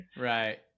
Right